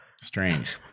strange